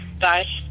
Bye